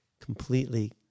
completely